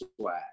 swag